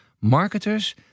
marketers